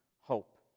hope